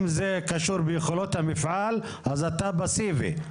אם זה קשור ביכולות המפעל אז אתה פסיבי.